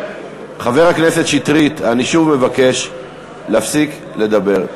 חבר הכנסת שטרית, אני שוב מבקש להפסיק לדבר.